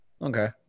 Okay